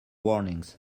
warnings